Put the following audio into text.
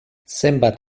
zenbat